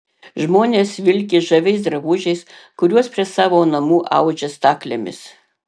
žmonės vilki žaviais drabužiais kuriuos prie savo namų audžia staklėmis